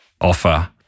offer